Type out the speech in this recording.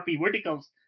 verticals